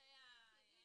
לנבכי --- השאלה היא